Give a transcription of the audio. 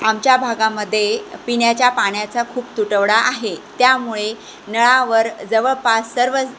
आमच्या भागामध्ये पिण्याच्या पाण्याचा खूप तुटवडा आहे त्यामुळे नळावर जवळपास सर्व